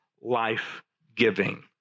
life-giving